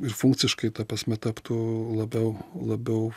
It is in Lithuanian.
ir funkciškai ta prasme taptų labiau labiau